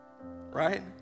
Right